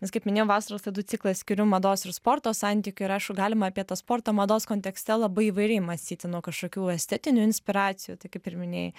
nes kaip minėjau vasaros laidų ciklą skiriu mados ir sporto santykių ir aišku galima apie tą sportą mados kontekste labai įvairiai mąstyti nuo kažkokių estetinių inspiracijų tai kaip ir minėjai